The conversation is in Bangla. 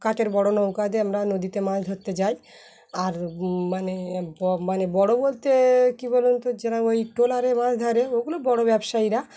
কাচের বড়ো নৌকা দিয়ে আমরা নদীতে মাছ ধরতে যাই আর মানে মানে বড়ো বলতে কী বলুন তো যেন ওই ট্রলারে মাছ ধরে ওগুলো বড়ো ব্যবসায়ীরা